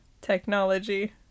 technology